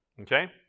Okay